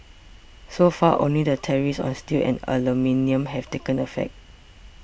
so far only the tariffs on steel and aluminium have taken effect